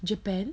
japan